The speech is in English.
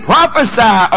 Prophesy